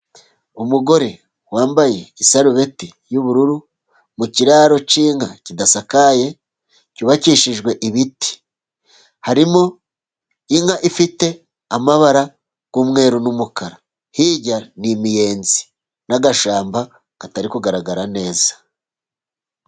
Umugore wambaye isarubeti y'ubururu, mu kiraro cy'inka kidasakaye, cyubakishijwe ibiti harimo inka ifite amabara y'umweru n'umukara, hirya n'imiyenzi n'agashyamba katari kugaragara neza.